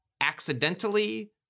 accidentally